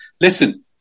listen